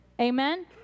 Amen